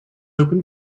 open